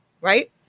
right